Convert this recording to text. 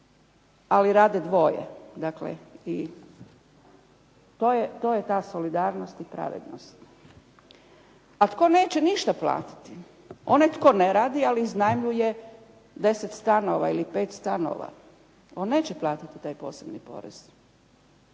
ali rade dvoje. Dakle i to je ta solidarnost i pravednost. A tko neće ništa platiti? Onaj tko ne radi, ali iznajmljuje 10 stanova ili 5 stanova. On neće platiti taj posebni porez.